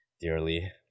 dearly